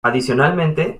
adicionalmente